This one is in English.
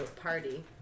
party